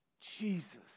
Jesus